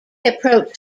approached